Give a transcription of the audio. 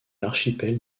l’archipel